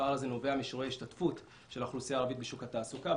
הפער הזה נובע משיעור ההשתתפות של האוכלוסייה הערבית בשוק התעסוקה,